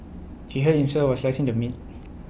he hurt himself while slicing the meat